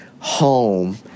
home